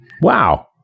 Wow